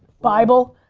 bible,